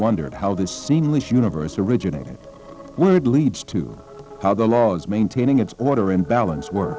wondered how this seemingly universe originated where it leads to how the law is maintaining its order in balance work